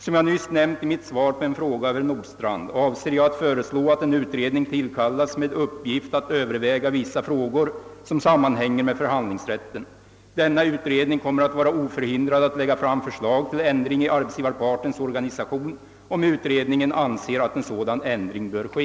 Som jag nyss nämnt i mitt svar på en fråga av herr Nordstrandh avser jag att föreslå att en utredning tillkallas med uppgift att överväga vissa frågor som sammanhänger med förhandlingsrätten. Denna utredning kommer att vara oförhindrad att lägga fram förslag till ändring i arbetsgivarpartens organisation, om utredningen anser att en'sådan ändring bör ske.